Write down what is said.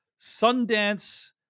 Sundance